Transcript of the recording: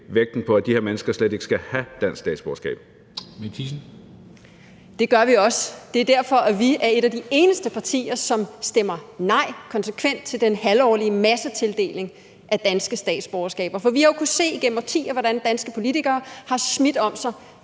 Kristensen): Mette Thiesen. Kl. 13:21 Mette Thiesen (NB): Det gør vi også. Det er derfor, vi er et af de eneste partier, som stemmer nej konsekvent til den halvårlige massetildeling af danske statsborgerskaber. For vi har jo kunnet se igennem årtier, hvordan danske politikere har smidt om sig